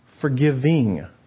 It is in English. forgiving